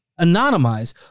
anonymize